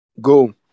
go